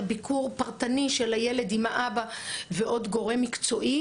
ביקור פרטני של הילד עם האבא ועם עוד גורם מקצועי.